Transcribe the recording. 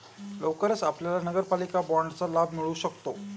लवकरच आपल्याला नगरपालिका बाँडचा लाभ मिळू शकतो